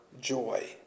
joy